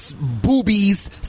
boobies